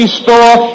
store